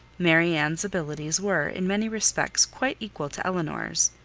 marianne's abilities were, in many respects, quite equal to elinor's.